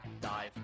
dive